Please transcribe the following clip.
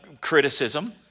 criticism